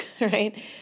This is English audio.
Right